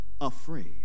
afraid